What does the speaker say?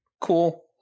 Cool